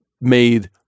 made